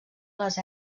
les